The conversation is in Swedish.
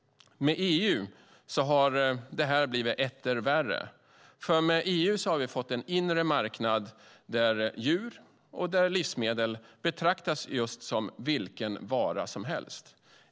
I och med EU har detta blivit etter värre, för med EU har vi fått en inre marknad där djur och livsmedel betraktas just som vilken vara som helst.